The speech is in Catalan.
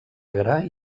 agra